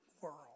world